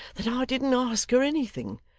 that i didn't ask her anything.